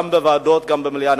גם בוועדות וגם במליאה,